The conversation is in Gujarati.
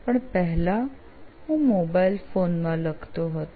પણ પહેલા હું મોબાઈલ ફોન માં લખતો હતો